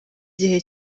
gihe